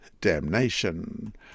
damnation